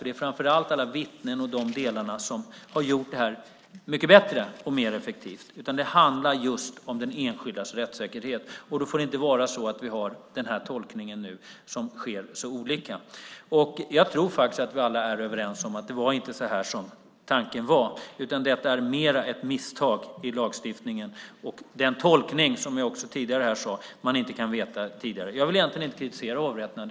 Det är framför allt detta med vittnena med mera som har gjort det så mycket bättre och mer effektivt. Det här handlar om den enskildes rättssäkerhet. Då får det inte vara så att det blir olika tolkningar. Jag tror att vi är överens om att det här inte var tanken. Detta är mer ett misstag i lagstiftningen, en tolkning som man inte kan veta tidigare, som jag sade förut. Jag vill egentligen inte kritisera hovrätterna.